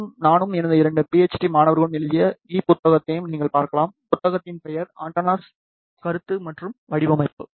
மேலும் நானும் எனது இரண்டு பிஎச்டி மாணவர்களும் எழுதிய E புத்தகத்தையும் நீங்கள் பார்க்கலாம் புத்தகத்தின் பெயர் ஆண்டெனாஸ் கருத்து மற்றும் வடிவமைப்பு